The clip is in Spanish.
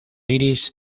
iris